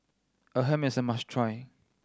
appam is a must try